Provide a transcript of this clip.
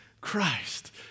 Christ